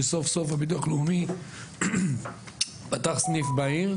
שסופסוף הביטוח הלאומי פתח סניף בעיר,